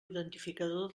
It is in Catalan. identificador